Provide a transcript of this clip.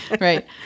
Right